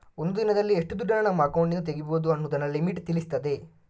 ಒಂದು ದಿನದಲ್ಲಿ ಎಷ್ಟು ದುಡ್ಡನ್ನ ನಮ್ಮ ಅಕೌಂಟಿನಿಂದ ತೆಗೀಬಹುದು ಅನ್ನುದನ್ನ ಲಿಮಿಟ್ ತಿಳಿಸ್ತದೆ